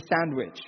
sandwich